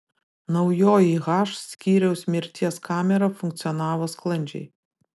naujoji h skyriaus mirties kamera funkcionavo sklandžiai